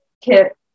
kit